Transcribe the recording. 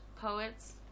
poets